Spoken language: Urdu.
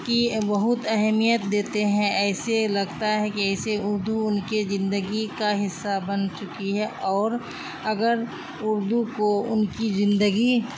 کی بہت اہمیت دیتے ہیں ایسے لگتا ہے کہ ایسے اردو ان کے زندگی کا حصہ بن چکی ہے اور اگر اردو کو ان کی زندگی